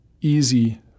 easy